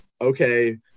Okay